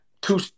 Two